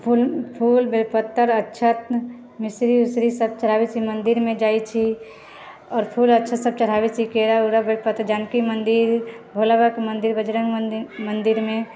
फूल फूल बेल पत्तर अक्षत मिसरी उसरी सब चढ़ाबैत छिऐ मंदिरमे जाइत छी आओर फूल अक्षत सब चढ़ाबैत छी केरा उरा बेलपत्तर जानकी मन्दिर भोला बाबाके मंदिर बजरङ्ग मन्दिर मन्दिरमे